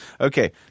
Okay